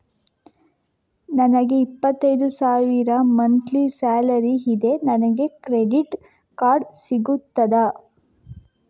ನನಗೆ ಇಪ್ಪತ್ತೈದು ಸಾವಿರ ಮಂತ್ಲಿ ಸಾಲರಿ ಇದೆ, ನನಗೆ ಕ್ರೆಡಿಟ್ ಕಾರ್ಡ್ ಸಿಗುತ್ತದಾ?